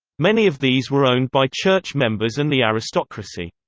many of these were owned by church members and the aristocracy.